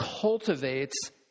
cultivates